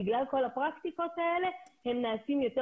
בגלל כל הפרקטיקות האלה הם נעשים יותר